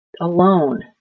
alone